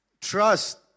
Trust